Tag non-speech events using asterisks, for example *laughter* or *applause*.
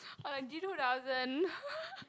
or like G two thousand *laughs*